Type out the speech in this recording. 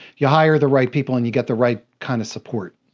you hire the right people, and you get the right kind of support.